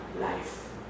life